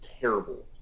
terrible